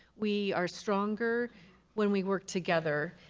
we are stronger when we work together.